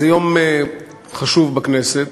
זה יום חשוב בכנסת,